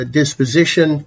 disposition